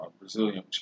Brazilian